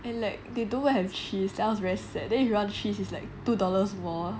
and like they don't have cheese then I was very sad then if you want cheese is like two dollars more